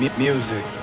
music